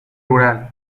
rural